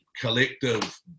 collective